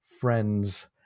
friends